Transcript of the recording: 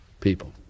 people